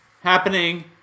happening